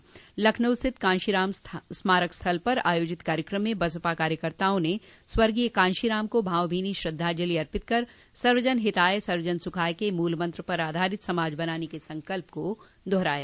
उधर लखनऊ स्थित कांशीराम स्मारक स्थल पर आयोजित कार्यक्रम में बसपा कार्यकर्ताओं ने स्वर्गीय कांशीराम को भावभीनी श्रद्धाजंलि अर्पित कर सर्वजन हिताय और सर्वजन सुखाय के मूल मंत्र पर आधारित समाज बनाने के संकल्प को दोहराया